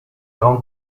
grande